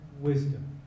wisdom